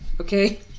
okay